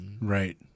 Right